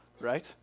right